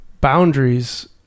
boundaries